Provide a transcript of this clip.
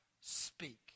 speak